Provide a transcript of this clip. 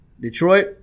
Detroit